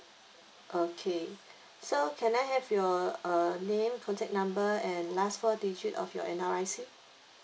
okay sir can I have your uh name contact number and last four digit of your N_R_I_C